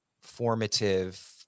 formative